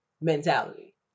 mentality